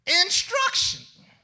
instruction